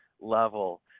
level